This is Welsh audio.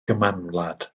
gymanwlad